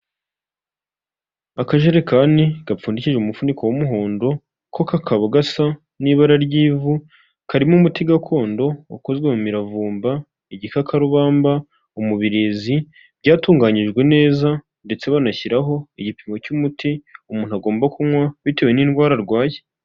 Akajerekani gapfundikije umufuniko w'umuhondo, ko kakaba gasa n'ibara ry'ivu, karimo umuti gakondo ukozwe mu miravumba, igikakarubamba, umubirizi, byatunganyijwe neza ndetse banashyiraho igipimo cy'umuti umuntu agomba kunywa bitewe n'indwara arwaye.